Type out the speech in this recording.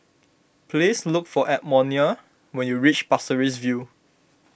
please look for Edmonia when you reach Pasir Ris View